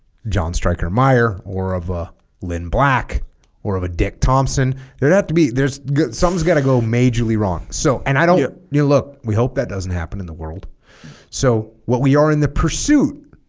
john striker meyer or of ah lynn black or of a dick thompson there'd have to be there's something's got to go majorly wrong so and i don't you know look we hope that doesn't happen in the world so what we are in the pursuit